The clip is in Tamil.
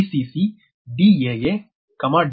Daa Dbb and Dcc rx